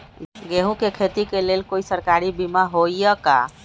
गेंहू के खेती के लेल कोइ सरकारी बीमा होईअ का?